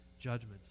judgment